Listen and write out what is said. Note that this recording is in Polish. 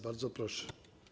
Bardzo proszę.